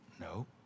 No